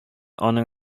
аның